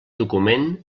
document